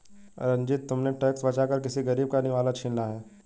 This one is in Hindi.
रंजित, तुमने टैक्स बचाकर किसी गरीब का निवाला छीना है